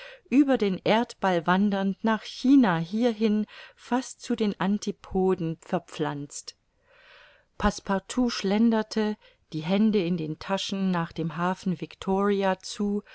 über den erdball wandernd nach china hierhin fast zu den antipoden verpflanzt passepartout schlenderte die hände in den taschen nach dem hafen victoria zu